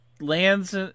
lands